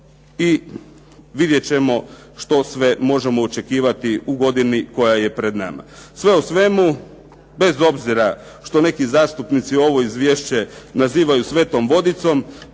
i vidjeti ćemo što sve možemo očekivati u godini koja je pred nama. Sve u svemu bez obzira što neki zastupnici ovo izvješće nazivaju svetom vodicom,